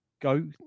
Go